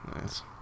Nice